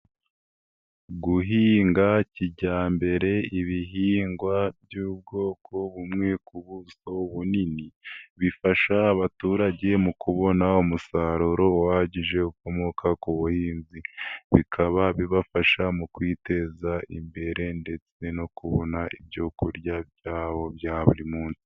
Guhinga kijyambere ibihingwa by'ubwoko bumwe ku buso bunini, bifasha abaturage mu kubona umusaruro uhagije ukomoka ku buhinzi, bikaba bibafasha mu kwiteza imbere ndetse no kubona ibyo kurya byabo bya buri munsi.